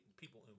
people